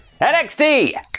NXT